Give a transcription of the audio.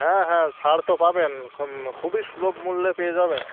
হ্যাঁ হ্যাঁ ছাড় তো পাবেন খুবই সুলভ মূল্যে পেয়ে যাবেন